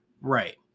Right